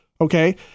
okay